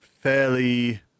fairly